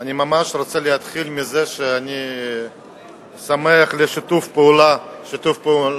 אני ממש רוצה להתחיל מזה שאני שמח על שיתוף הפעולה המלא,